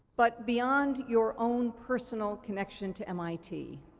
but beyond your own personal connection to mit,